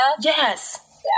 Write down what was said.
Yes